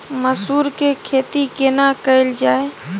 मसूर के खेती केना कैल जाय?